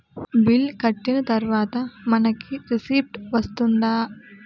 Bill కట్టిన తర్వాత మనకి రిసీప్ట్ వస్తుందా?